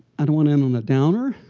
i don't want to end on a downer.